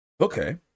Okay